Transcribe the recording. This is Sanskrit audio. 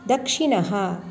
दक्षिणः